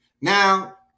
now